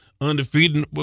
undefeated